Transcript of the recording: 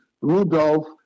Rudolph